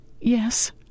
Yes